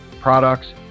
products